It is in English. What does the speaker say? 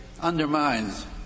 undermines